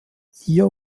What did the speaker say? hier